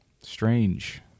Strange